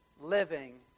living